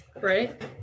Right